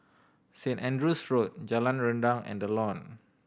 Saint Andrew's Road Jalan Rendang and The Lawn